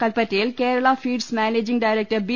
കൽപ്പറ്റയിൽ Kerala Feeds managing director B